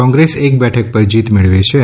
કોંગ્રેસ એક બેઠક પર જીત ધરાવે છેત